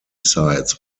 sites